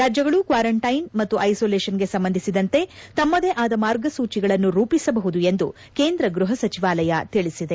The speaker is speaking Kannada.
ರಾಜ್ಙಗಳು ಕ್ವಾರಂಟೈನ್ ಮತ್ತು ಐಸೊಲೋಷನ್ಗೆ ಸಂಬಂಧಿಸಿದಂತೆ ತಮ್ನದೇ ಆದ ಮಾರ್ಗಸೂಚಿಗಳನ್ನು ರೂಪಿಸಬಹುದು ಎಂದು ಕೇಂದ್ರ ಗೃಹ ಸಚಿವಾಲಯ ತಿಳಿಸಿದೆ